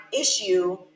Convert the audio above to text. issue